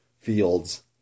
fields